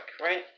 right